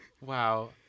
Wow